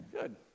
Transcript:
Good